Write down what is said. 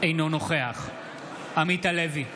אינו נוכח עמית הלוי,